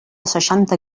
seixanta